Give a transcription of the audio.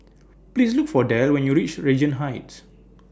Please Look For Del when YOU REACH Regent Heights